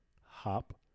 Hop